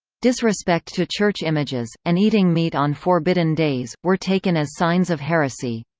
disrespect to church images, and eating meat on forbidden days, were taken as signs of heresy.